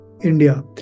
India